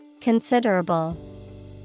Considerable